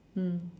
mm